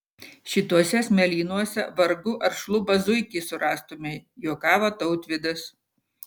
šituose smėlynuose vargu ar šlubą zuikį surastumei juokavo tautvydas